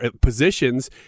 positions